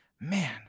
man